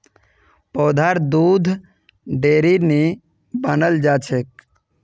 पौधार दुध डेयरीत नी बनाल जाछेक